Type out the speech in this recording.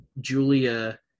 Julia